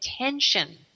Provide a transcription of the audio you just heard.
attention